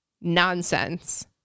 nonsense